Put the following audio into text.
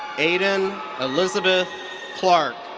ayden elizabeth clark.